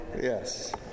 yes